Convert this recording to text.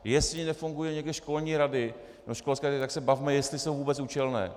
Jestli nefungují někde školské rady, tak se bavme, jestli jsou vůbec účelné.